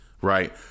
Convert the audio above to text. right